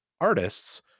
artists